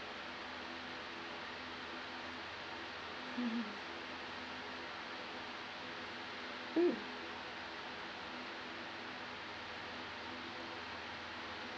mmhmm mm